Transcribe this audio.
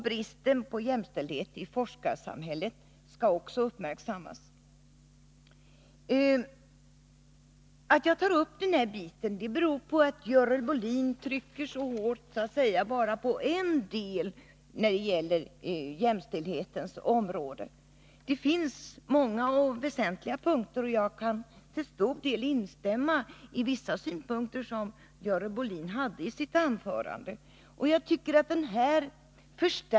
Bristen på jämställdhet i forskarsamhället skall också uppmärksammas. Att jag tar upp detta beror på att Görel Bohlin trycker så hårt bara på vissa delar när det gäller jämställdhetens område. Det finns här många och väsentliga frågeställningar, och jag kan till stor del instämma i vissa synpunkter som Görel Bohlin anförde i sitt inlägg.